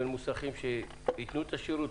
בין מוסכים שייתנו את השירות,